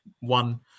one